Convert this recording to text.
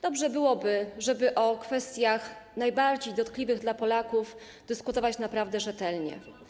Dobrze byłoby, żeby o kwestiach najbardziej dotkliwych dla Polaków dyskutować naprawdę rzetelnie.